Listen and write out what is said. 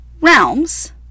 realms